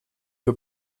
für